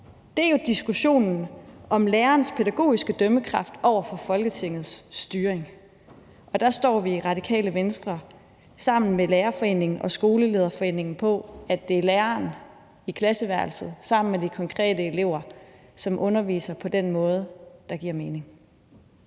er jo diskussionen om lærerens pædagogiske dømmekraft over for Folketingets styring. Og der står vi i Radikale Venstre sammen med Lærerforeningen og Skolelederforeningen fast på, at det er læreren i klasseværelset med de konkrete elever, som underviser på den måde, der giver mening.